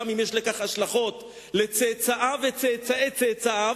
גם אם יש לכך השלכות על צאצאיו וצאצאי צאצאיו,